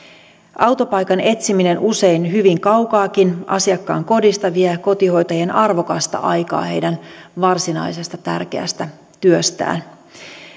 autopaikan etsiminen usein hyvin kaukaakin asiakkaan kodista vie kotihoitajien arvokasta aikaa heidän varsinaisesta tärkeästä työstään